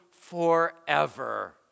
forever